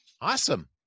awesome